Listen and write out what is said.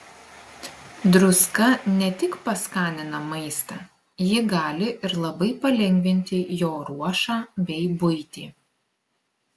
druska ne tik paskanina maistą ji gali ir labai palengvinti jo ruošą bei buitį